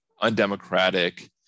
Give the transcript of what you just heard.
undemocratic